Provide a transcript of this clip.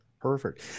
Perfect